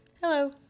Hello